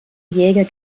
jäger